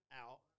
out